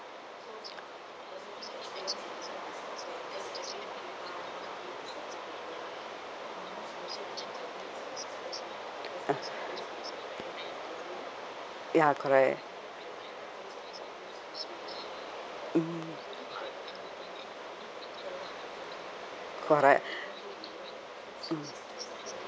ah ya correct mm correct mm